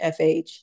FH